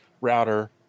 router